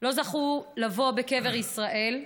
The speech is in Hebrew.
לא זכו לבוא בקבר ישראל.